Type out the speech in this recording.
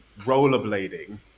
rollerblading